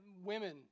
women